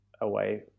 away